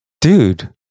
dude